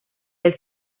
del